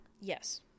Yes